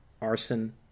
arson